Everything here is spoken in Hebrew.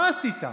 מה עשית?